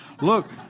Look